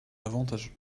avantageux